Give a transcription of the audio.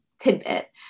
tidbit